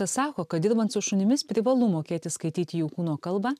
sako kad dirbant su šunimis privalu mokėti skaityti jų kūno kalbą